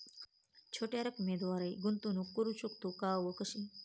छोट्या रकमेद्वारे गुंतवणूक करू शकतो का व कशी?